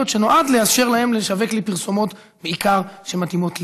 ונועד לאפשר להם לשווק לי פרסומות שמתאימות לי,